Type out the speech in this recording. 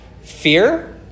Fear